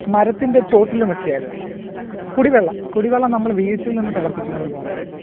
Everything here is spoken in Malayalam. മരത്തിൻ്റെ ചുവട്ടിലുമൊക്കെയായിരുന്നു കുടിവെള്ളം കുടിവെള്ളം നമ്മൾ വീട്ടിൽ നിന്ന് തിളപ്പിച്ച് കൊണ്ടുപോകണമായിരുന്നു